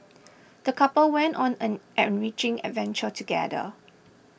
the couple went on an enriching adventure together